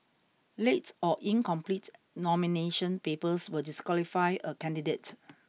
late or incomplete nomination papers will disqualify a candidate